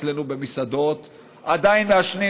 אצלנו במסעדות עדיין מעשנים,